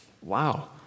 Wow